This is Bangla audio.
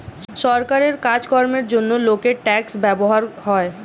সরকারের কাজ কামের জন্যে লোকের ট্যাক্স ব্যবহার হয়